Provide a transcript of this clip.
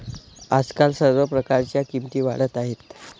आजकाल सर्व प्रकारच्या किमती वाढत आहेत